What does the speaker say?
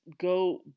go